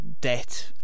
debt